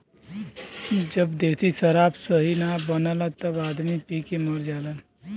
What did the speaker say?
जब देशी शराब सही न बनला तब आदमी पी के मर जालन